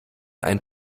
ein